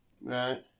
Right